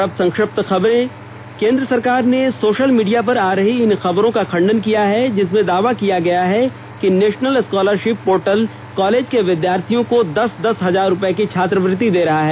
और अब संक्षिप्त खबरें केन्द्र सरकार ने सोशल मीडिया पर आ रही इन खबरों का खंडन किया है जिनमें दावा किया गया है कि नेशनल स्कॉलरशिप पोर्टल कॉलेज के विद्यार्थियों को दस दस हजार रूपये की छात्रवृत्ति दे रहा है